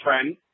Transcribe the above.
friend